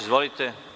Izvolite.